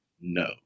no